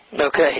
Okay